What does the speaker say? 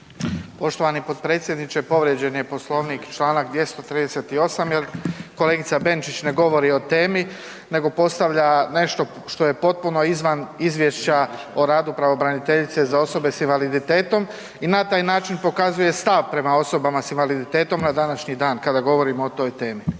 Poštovani potpredsjedniče povrijeđen je Poslovnik čl. 238. jel kolegica Benčić ne govori o temi nego postavlja nešto što je potpuno izvan izvješća o radu pravobraniteljice za osobe s invaliditetom i na taj način pokazuje stav prema osobama s invaliditetom na današnji dan kada govorimo o toj temi.